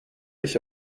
ich